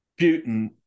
Putin